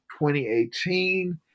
2018